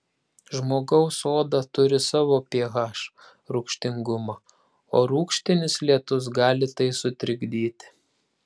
žmogaus oda turi savo ph rūgštingumą o rūgštinis lietus gali tai sutrikdyti